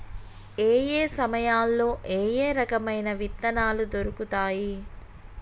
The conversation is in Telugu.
ఏయే సమయాల్లో ఏయే రకమైన విత్తనాలు దొరుకుతాయి?